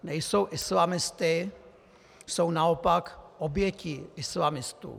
Nejsou islamisty, jsou naopak oběti islamistů.